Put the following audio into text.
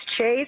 Chase